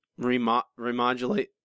Remodulate